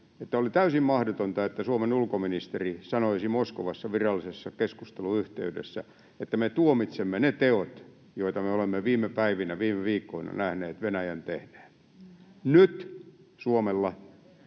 että oli täysin mahdotonta, että Suomen ulkoministeri olisi sanonut Moskovassa virallisessa keskusteluyhteydessä, että me tuomitsemme ne teot, joita me olemme viime päivinä, viime viikkoina nähneet Venäjän tehneen. Nyt Suomella